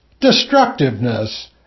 destructiveness